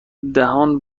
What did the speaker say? دهان